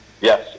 Yes